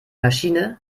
maschine